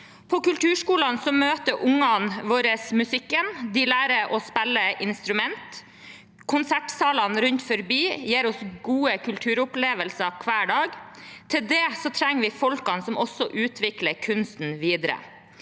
På kulturskolene møter ungene våre musikken, de lærer å spille instrumenter, og konsertsalene rundt omkring gir oss gode kulturopplevelser hver dag. Til det trenger vi folkene som også utvikler kunsten videre.